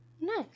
Nice